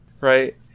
right